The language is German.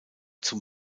zum